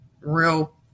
real